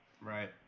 Right